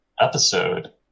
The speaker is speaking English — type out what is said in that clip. episode